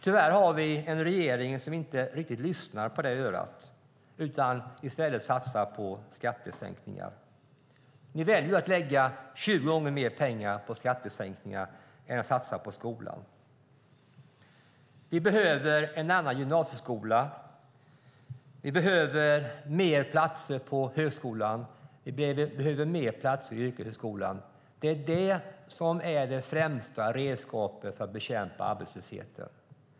Tyvärr har vi en regering som inte riktigt lyssnar på det örat utan i stället satsar på skattesänkningar. Ni väljer att lägga 20 gånger mer pengar på skattesänkningar än på skolan. Vi behöver en annan gymnasieskola. Vi behöver fler platser i högskolan. Vi behöver fler platser i yrkeshögskolan. Det är det främsta redskapet för att bekämpa arbetslösheten.